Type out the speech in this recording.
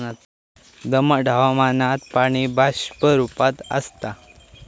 दमट हवामानात पाणी बाष्प रूपात आसता